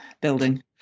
building